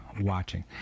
watching